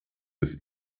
des